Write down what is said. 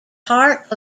heart